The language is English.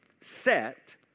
set